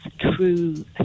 true